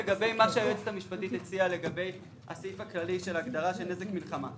לגבי מה שהיועצת המשפטית הציעה לגבי הסעיף הכללי של הגדרת נזק מלחמה,